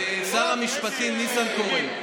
שר המשפטים ניסנקורן,